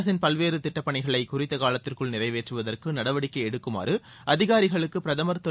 அரசின் பல்வேறு திட்டப் பணிகளை குறித்த காலத்திற்குள் நிறைவேற்றுவதற்கு நடவடிக்கை எடுக்குமாறு அதிகாரிகளுக்கு பிரதமர் திரு